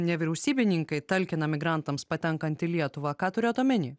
nevyriausybininkai talkina migrantams patenkant į lietuva ką turėjot omeny